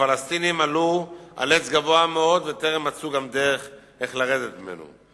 הפלסטינים עלו על עץ גבוה מאוד וטרם מצאו גם דרך איך לרדת ממנו.